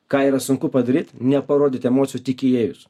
ką yra sunku padaryt neparodyt emocijų tik įėjus